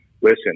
listen